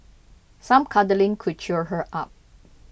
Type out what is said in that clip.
some cuddling could cheer her up